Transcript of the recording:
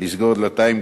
לסגור דלתיים,